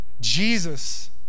Jesus